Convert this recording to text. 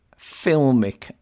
filmic